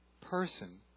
person